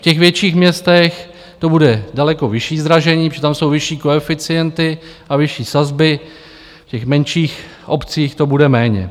V těch větších městech to bude daleko vyšší zdražení, protože tam jsou vyšší koeficienty a vyšší sazby, v těch menších obcích to bude méně.